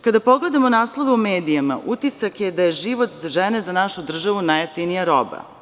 Kada pogledamo naslove u medijima, utisak je da je život žene za našu državu najjeftinija roba.